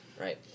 right